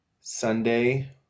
Sunday